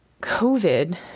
COVID